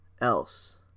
else